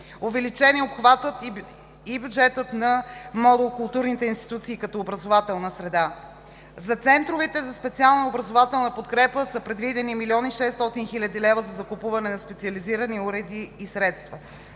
Увеличен е обхватът и бюджетът на модул „Културните институции като образователна среда“. За центровете за специална образователна подкрепа са предвидени 1 млн. 600 хил. лв. за закупуване на специализирани уреди и средства.